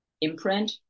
imprint